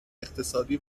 اقتصادی